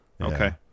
Okay